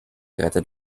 gerettet